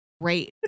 great